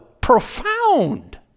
profound